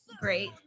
great